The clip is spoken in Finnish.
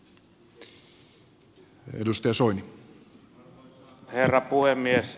arvoisa herra puhemies